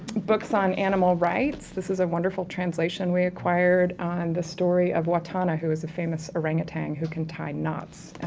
books on animal rights, this is a wonderful translation we acquired and the story of wattana, who is a famous orangutan who can tie knots